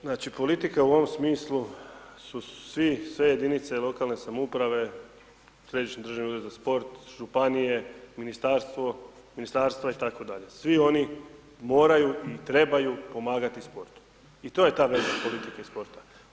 Znači, politika u ovom smislu su svi, sve jedinice lokalne samouprave, Središnji državni ured za sport, županije, ministarstvo, ministarstva itd., svi oni moraju i trebaju pomagati sportu i to je ta veza politike i sporta.